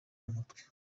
umutwe